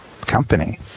company